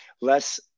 less